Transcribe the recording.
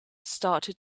started